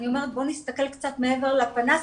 ואני אומרת שצריך להסתכל מתחת לפנס,